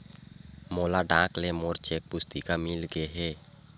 मोला डाक ले मोर चेक पुस्तिका मिल गे हे